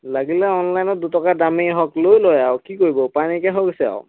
লাগিলে অনলাইনত দুটকা দামেই হওক লৈ লয় আৰু কি কৰিব উপাই নাইকিয়া হৈ গৈছে আৰু